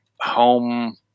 home